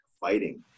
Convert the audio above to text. fighting